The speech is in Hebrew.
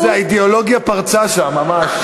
מה זה, האידיאולוגיה פרצה שם, ממש.